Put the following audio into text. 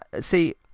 See